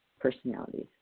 personalities